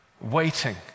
waiting